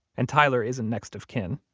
and tyler isn't next of kin,